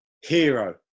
Hero